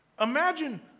Imagine